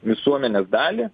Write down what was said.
visuomenės dalį